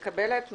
מקבלת.